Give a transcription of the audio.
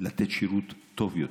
לתת שירות טוב יותר.